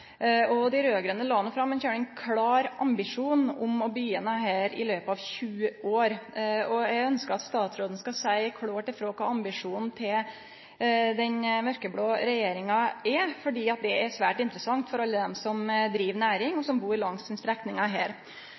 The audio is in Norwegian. Kyststamvegen. Dei raud-grøne la fram ein svært klar ambisjon om å få til dette i løpet av tjue år. Eg ønskjer at statsråden skal seie klart frå kva ambisjonen til den mørkeblå regjeringa er, for det er svært interessant for alle dei som driv næring, og som bur langs denne strekninga.